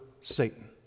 Satan